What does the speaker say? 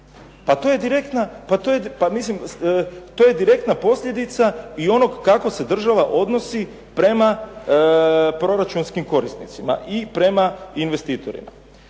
To je direktna posljedica i onog kako se država odnosi prema proračunskim korisnicima i prema investitorima.